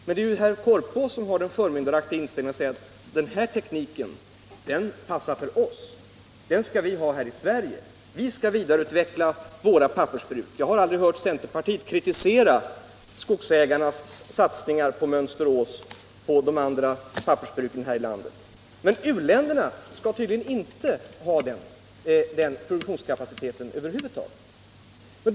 Men herr Korpås har den förmyndaraktiga inställningen att säga att den här tekniken passar bara för oss. Den skall vi här i Sverige vidareutveckla. Jag har aldrig hört centerpartiet kritisera skogsägarnas satsning på Mönsterås och de andra pappersbruken här i landet. Men uländerna skall tydligen inte ha någon produktionskapacitet över huvud taget.